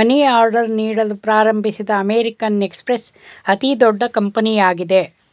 ಮನಿ order ನೀಡಲು ಪ್ರಾರಂಭಿಸಿದ American Express ಅತಿದೊಡ್ಡ ಕಂಪನಿಯಾಗಿದೆ